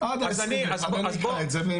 אני אקרא את זה.